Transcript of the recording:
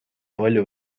palju